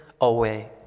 away